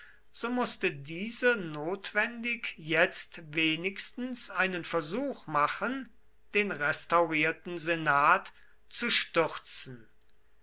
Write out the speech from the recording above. so mußte diese notwendig jetzt wenigstens einen versuch machen den restaurierten senat zu stürzen